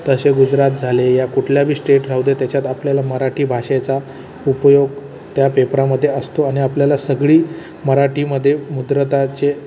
तसे गुजरात झाले या कुठल्याबी स्टेट राहूदे त्याच्यात आपल्याला मराठी भाषेचा उपयोग त्या पेपरामध्ये असतो आणि आपल्याला सगळी मराठीमध्ये मुद्रता जे